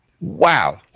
Wow